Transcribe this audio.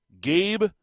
Gabe